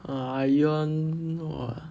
ion don't know ah